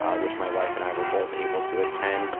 um which my wife and i were both able to attend.